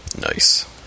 Nice